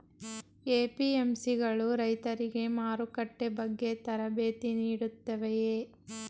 APMC ಗಳು ರೈತರಿಗೆ ಮಾರುಕಟ್ಟೆ ಬಗ್ಗೆ ತರಬೇತಿ ನೀಡುತ್ತವೆಯೇ?